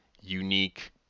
unique